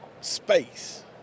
space